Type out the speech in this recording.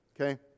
Okay